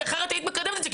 כי אחרת היית מקדמת את זה,